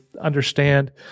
understand